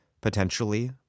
potentially